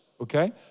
okay